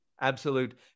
absolute